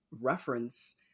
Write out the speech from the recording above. reference